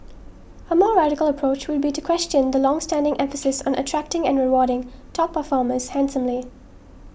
a more radical approach would be to question the longstanding emphasis on attracting and rewarding top performers handsomely